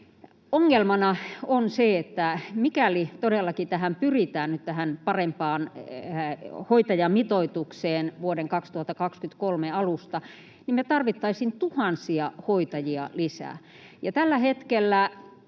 Ongelmana on se, että mikäli todellakin pyritään nyt tähän parempaan hoitajamitoitukseen vuoden 2023 alusta, niin me tarvittaisiin tuhansia hoitajia lisää, ja tällä hetkellä